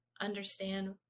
understand